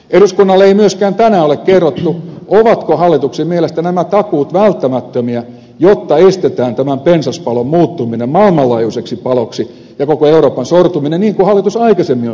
eduskunnalle ei myöskään tänään ole kerrottu ovatko hallituksen mielestä nämä takuut välttämättömiä jotta estetään tämän pensaspalon muuttuminen maailmanlaajuiseksi paloksi ja koko euroopan sortuminen niin kuin hallitus aikaisemmin on sanonut